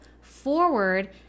forward